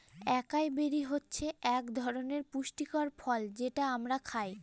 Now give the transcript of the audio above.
একাই বেরি হচ্ছে এক ধরনের পুষ্টিকর ফল যেটা আমরা খায়